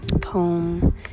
poem